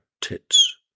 tits